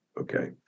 Okay